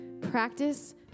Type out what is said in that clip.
Practice